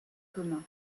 commun